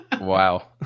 Wow